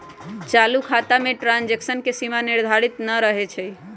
चालू खता में ट्रांजैक्शन के सीमा निर्धारित न रहै छइ